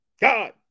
God